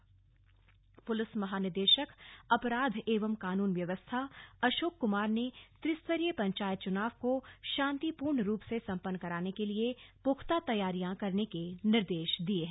कप्तानों की बैठक पुलिस महानिदेशक अपराध एवं कानून व्यवस्था अशोक कुमार ने त्रिस्तरीय पंचायत चुनाव को शांतिपूर्ण रूप से संपन्न कराने के लिए पुख्ता तैयारियां करने के निर्देश दिये हैं